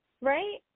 Right